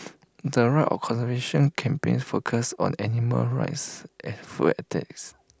the of conservation campaigns focus on animal rights and food ethics